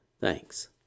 Thanks